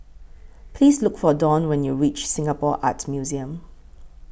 Please Look For Dawne when YOU REACH Singapore Art Museum